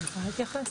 אני יכולה להתייחס?